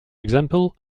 example